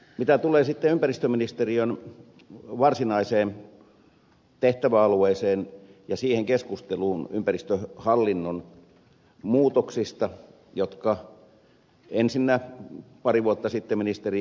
mitä tulee ympäristöministeriön varsinaiseen tehtäväalueeseen ja siihen keskusteluun ympäristöhallinnon muutoksista jonka ensinnä pari vuotta sitten ministeri anttila ja nyt sitten keskustan varapuheenjohtaja ed